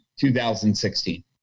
2016